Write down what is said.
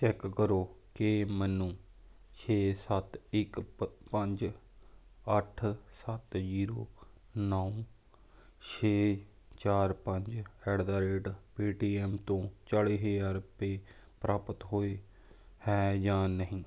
check ਕਰੋ ਕਿ ਮੈਨੂੰ ਛੇ ਸੱਤ ਇੱਕ ਪੰਜ ਅੱਠ ਸੱਤ ਜ਼ੀਰੋ ਨੌ ਛੇ ਚਾਰ ਪੰਜ ਐਟ ਦਾ ਰੇਟ ਪੇਅਟੀਐੱਮ ਤੋਂ ਚਾਲ੍ਹੀ ਹਜ਼ਾਰ ਰੁਪਏ ਪ੍ਰਾਪਤ ਹੋਏ ਹੈ ਜਾਂ ਨਹੀਂ